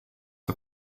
for